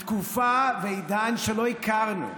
בתקופה ועידן שלא הכרנו?